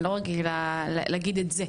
אני לא רגילה להגיד את זה,